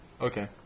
Okay